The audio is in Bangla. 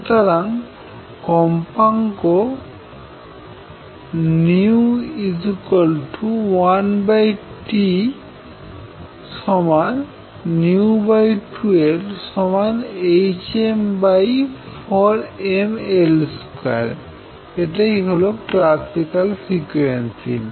সুতরাং কম্পাঙ্ক 1T v2L hn4mL2 এটাই হলো ক্লাসিক্যাল ফ্রিকুয়েন্সি